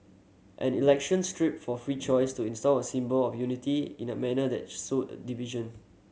an election stripped for free choice to install a symbol of unity in a manner that sowed division